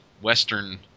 Western